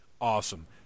Awesome